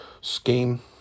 scheme